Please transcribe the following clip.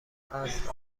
عصر